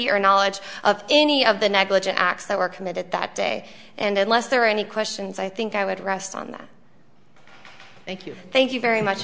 your knowledge of any of the negligent acts that were committed that day and unless there are any questions i think i would rest on that thank you thank you very much